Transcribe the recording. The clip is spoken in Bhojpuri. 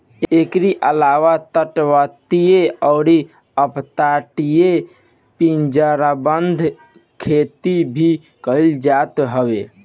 एकरी अलावा तटवर्ती अउरी अपतटीय पिंजराबंद खेती भी कईल जात हवे